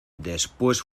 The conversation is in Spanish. después